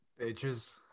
Bitches